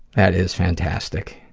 that is fantastic.